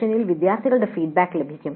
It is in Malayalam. സെഷനിൽ വിദ്യാർത്ഥികളുടെ ഫീഡ്ബാക്ക് ലഭിക്കും